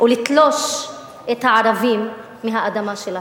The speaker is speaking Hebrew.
ולתלוש את הערבים מהאדמה שלהם.